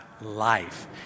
life